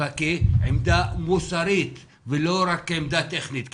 כעמדה מוסרית ולא רק עמדה טכנית.